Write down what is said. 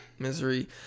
misery